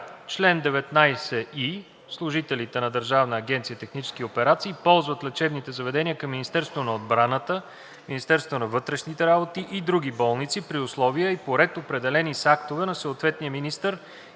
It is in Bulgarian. „Чл. 19и. Служителите на Държавна агенция „Технически операции“ ползват лечебните заведения към Министерството на отбраната, Министерството на вътрешните работи и други болници при условия и по ред, определени с актове на съответния министър